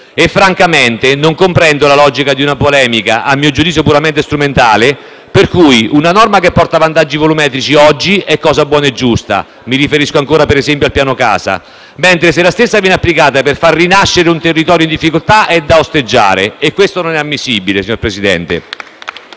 francamente la logica di una polemica - a mio giudizio puramente strumentale - per cui una norma che porta vantaggi volumetrici oggi è cosa buona e giusta - mi riferisco ancora al Piano casa - mentre, se la stessa viene applicata per far rinascere un territorio in difficoltà, è da osteggiare. Questo, signor Presidente,